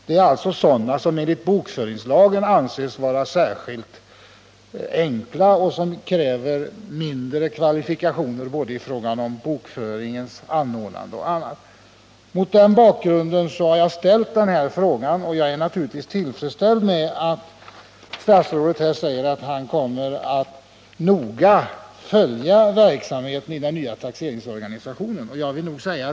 Det är alltså sådana rörelser som enligt bokföringslagen anses vara särskilt enkla att granska och som kräver mindre kvalifikationer i fråga om bokföringens anordnande m.m. Mot den bakgrunden har jag ställt min fråga, och jag är naturligtvis tillfredsställd med att statsrådet i svaret säger att han kommer att noga följa verksamheten i den nya taxeringsorganisationen.